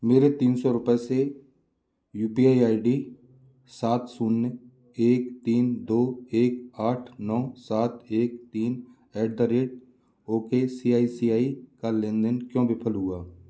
मेरे तीन सौ रुपये से U P I I D सात शून्य एक तीन दो एक आठ नौ सात एक तीन at the rate okay C I C I का लेन देन क्यों विफल हुआ